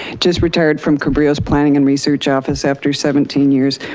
just retired from cabrillo's planing and research office after seventeen years.